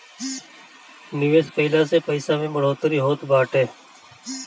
निवेश कइला से पईसा में बढ़ोतरी होत बाटे